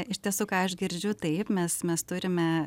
iš tiesų ką aš girdžiu taip mes mes turime